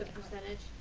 percentage.